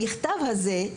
המכתב הזה,